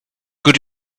good